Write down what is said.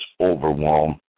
overwhelm